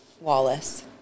Wallace